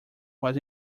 was